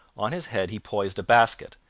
on his head he poised a basket,